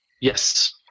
Yes